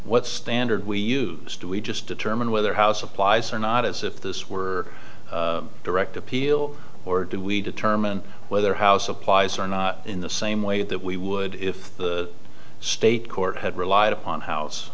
what standard we use do we just determine whether house applies or not as if this were a direct appeal or do we determine whether house applies or not in the same way that we would if the state court had relied upon house